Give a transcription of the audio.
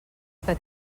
que